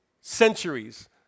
centuries